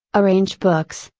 arrange books,